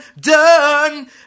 Done